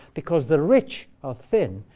because the rich are thin,